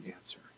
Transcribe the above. answer